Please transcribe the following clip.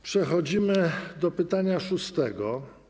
Przechodzimy do pytania szóstego.